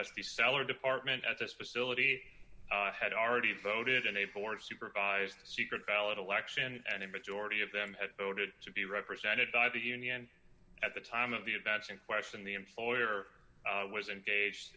as the cellar department at this facility had already voted in a board supervised secret ballot election and the majority of them had voted to be represented by the union at the time of the events in question the employer was engaged